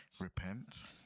repent